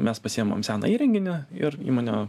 mes pasiemam seną įrenginį ir įmonė